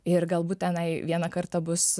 ir galbūt tenai vieną kartą bus